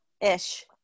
ish